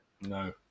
no